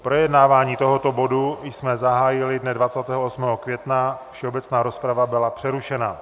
Projednávání tohoto bodu jsme zahájili dne 28. května, všeobecná rozprava byla přerušena.